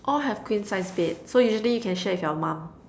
all have queen size bed so usually you can share with your mum